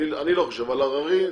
אני לא חושב, על הררי צודק.